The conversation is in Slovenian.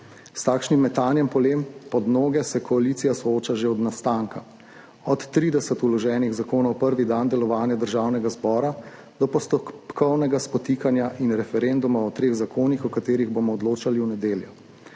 S takšnim metanjem polen pod noge se koalicija sooča že od nastanka, od 30 vloženih zakonov prvi dan delovanja Državnega zbora do postopkovnega spotikanja in referenduma o treh zakonih, o katerih bomo odločali v nedeljo.